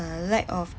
lack of